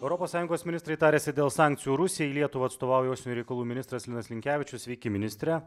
europos sąjungos ministrai tariasi dėl sankcijų rusijai lietuvą atstovauja užsienio reikalų ministras linas linkevičius sveiki ministre